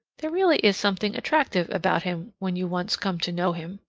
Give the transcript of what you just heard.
there really is something attractive about him when you once come to know him.